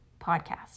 podcast